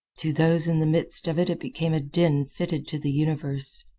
to those in the midst of it it became a din fitted to the universe.